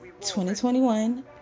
2021